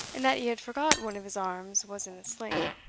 and that he had forgot one of his arms was in a sling.